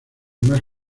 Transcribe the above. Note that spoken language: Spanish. más